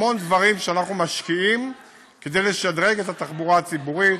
המון דברים שאנחנו משקיעים בהם כדי לשדרג את התחבורה הציבורית,